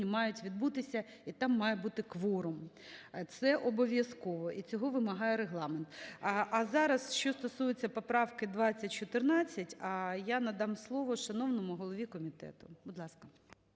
мають відбутися, і там має бути кворум, це обов'язково і цього вимагає Регламент. А зараз, що стосується поправки 2014. Я надам слово шановному голові комітету. Будь ласка.